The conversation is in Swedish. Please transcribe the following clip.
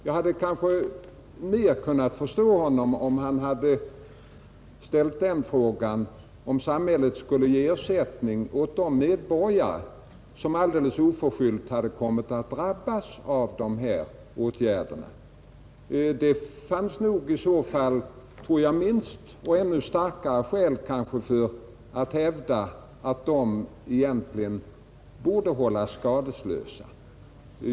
Jag hade mer kunnat förstå honom om han samtidigt hade frågat om samhället skulle ge ersättning åt de medborgare som alldeles oförskyllt som tredje man kommit att drabbas av dessa åtgärder. Det fanns i så fall minst lika stora eller ännu större skäl för att hävda att de egentligen borde hållas skadeslösa.